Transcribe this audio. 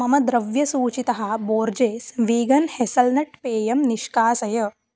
मम द्रव्यसूचितः Borges vegan hazelnut पेयं निष्कासय